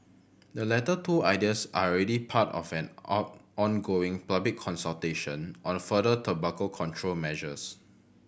the latter two ideas are already part of an on ongoing public consultation on further tobacco control measures